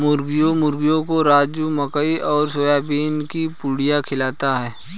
मुर्गियों को राजू मकई और सोयाबीन की पुड़िया खिलाता है